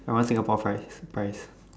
I want Singapore price price